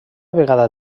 vegada